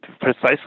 precisely